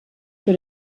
für